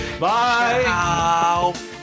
Bye